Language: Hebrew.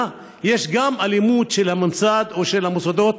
יש גם אלימות של הממסד או של המוסדות,